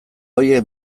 horiek